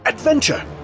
Adventure